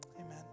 Amen